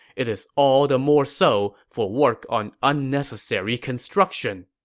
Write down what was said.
it is all the more so for work on unnecessary construction!